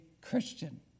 Christian